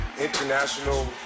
international